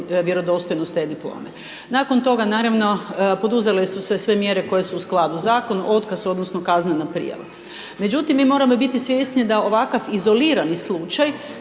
vjerodostojnost te diplome. Nakon toga naravno poduzele su se sve mjere koje su u skladu zakon, otkaz odnosno kaznena prijava. Međutim, mi moramo biti svjesni da ovakav izolirani slučaj,